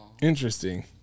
Interesting